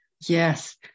Yes